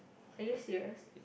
are you serious